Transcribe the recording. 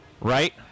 right